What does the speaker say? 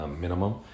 minimum